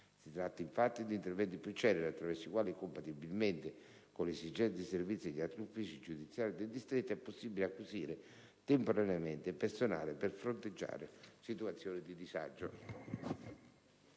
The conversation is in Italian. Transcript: Si tratta, infatti, di interventi più celeri, attraverso i quali compatibilmente con le esigenze di servizio degli altri uffici giudiziari del distretto è possibile acquisire temporaneamente personale per fronteggiare situazioni di disagio.